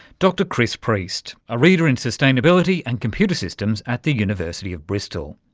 dr chris preist, a reader in sustainability and computer systems at the university of bristol.